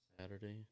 Saturday